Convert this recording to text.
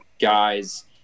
guys